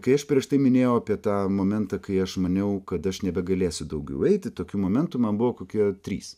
kai aš prieš tai minėjau apie tą momentą kai aš maniau kad aš nebegalėsiu daugiau eiti tokių momentų man buvo kokie trys